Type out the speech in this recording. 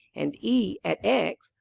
and e at x,